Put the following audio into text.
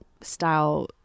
style